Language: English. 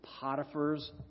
Potiphar's